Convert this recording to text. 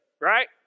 right